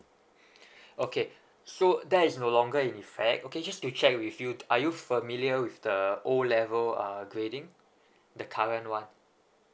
okay so there is no longer in fact okay just to check with you are you familiar with the O level uh grading the current one